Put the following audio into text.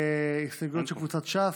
ההסתייגויות של קבוצת ש"ס,